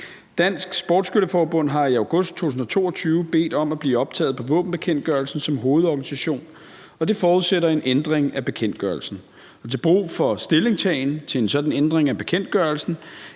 Dansk Sportsskytte Forbund har i august 2022 bedt om at blive optaget på våbenbekendtgørelsen som hovedorganisation, og det forudsætter en ændring af bekendtgørelsen. Til brug for en stillingtagen til en sådan ændring af bekendtgørelsen